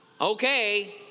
Okay